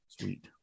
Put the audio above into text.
Sweet